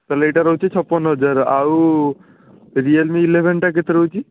ତା'ହେଲେ ଏଇଟା ରହୁଛି ଛପନ ହଜାର ଆଉ ରିଏଲମି ଇଲେଭେନ୍ଟା କେତେ ରହୁଛି